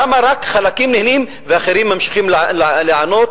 למה רק חלקים נהנים ואחרים ממשיכים להתענות,